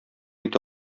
итә